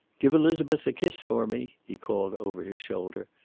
give elizabeth a kiss for me, he called over his shoulder,